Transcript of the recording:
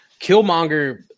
Killmonger